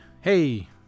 hey